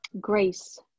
grace